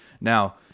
Now